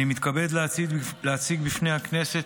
אני מתכבד להציג בפני הכנסת,